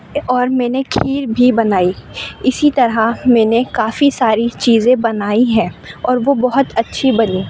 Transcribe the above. اور میں نے کھیر بھی بنائی اسی طرح میں نے کافی ساری چیزیں بنائی ہیں اور وہ بہت اچھی بنی